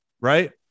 right